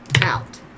out